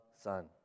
son